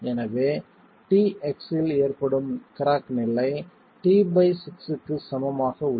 எனவே t x இல் ஏற்படும் கிராக் நிலை t6 க்கு சமமாக உள்ளது